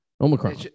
Omicron